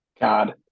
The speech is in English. god